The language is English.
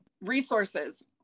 Resources